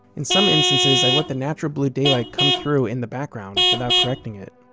in some instances i let the natural blue daylight come through in the background without correcting it.